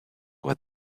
what